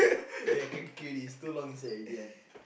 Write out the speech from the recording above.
yeah can queue already it's too long inside already one